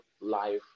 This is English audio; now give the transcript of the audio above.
life